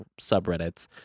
subreddits